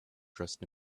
dressed